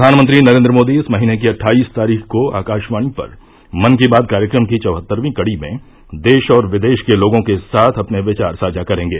प्रधानमंत्री नरेंद्र मोदी इस महीने की अट्ठाईस तारीख को आकाशवाणी पर मन की बात कार्यक्रम की चौहत्तरवीं कड़ी में देश और विदेश के लोगों के साथ अपने विचार साझा करेंगे